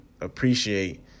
appreciate